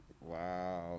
Wow